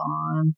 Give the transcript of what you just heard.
on